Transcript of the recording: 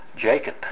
Jacob